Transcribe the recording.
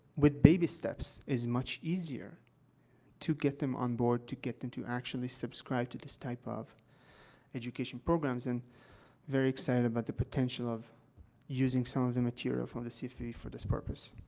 with baby steps is much easier to get them on board, to get them to actually subscribe to this type of education programs, and very excited about the potential of using some of the material from the cfpb for this purpose.